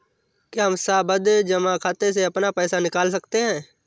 क्या हम सावधि जमा खाते से अपना पैसा निकाल सकते हैं?